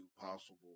possible